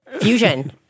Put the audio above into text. Fusion